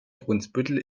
brunsbüttel